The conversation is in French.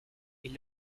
est